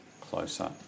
closer